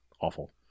awful